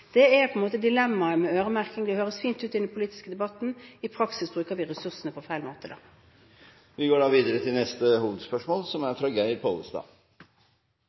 Det er dilemmaet med øremerking. Det høres fint ut i den politiske debatten. I praksis bruker vi da ressursene på feil måte. Da går vi videre til neste hovedspørsmål.